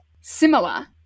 similar